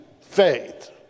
faith